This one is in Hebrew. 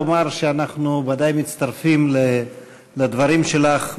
לומר שאנחנו ודאי מצטרפים לדברים שלך,